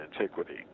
antiquity